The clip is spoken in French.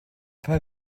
pas